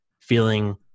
feeling